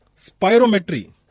Spirometry